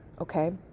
Okay